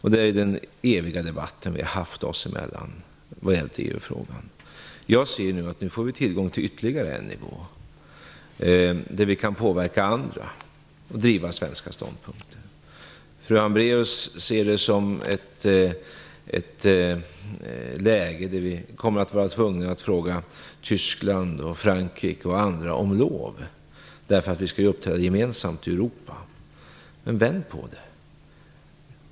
Detta är den eviga debatt som vi två har fört vad gäller EU-frågan. Jag ser det som att vi nu får tillgång till ytterligare en nivå, där vi kan påverka andra och driva svenska ståndpunkter. Fru Hambraeus ser det som att vi kommer att vara tvungna att fråga Tyskland, Frankrike och andra om lov därför att vi skall uppträda gemensamt i Europa. Men vänd på det!